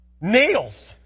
nails